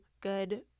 good